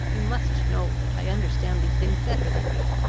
you must know that i understand these things better than you.